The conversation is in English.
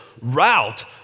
route